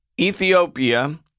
Ethiopia